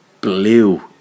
blue